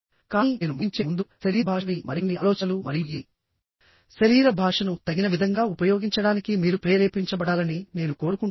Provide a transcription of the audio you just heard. కానీ నేను ముగించే ముందు శరీర భాషపై మరికొన్ని ఆలోచనలు మరియు ఈ శరీర భాషను తగిన విధంగా ఉపయోగించడానికి మీరు ప్రేరేపించబడాలని నేను కోరుకుంటున్నాను